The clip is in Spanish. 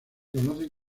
conocen